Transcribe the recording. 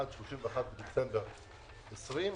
עד 31 בדצמבר 2020,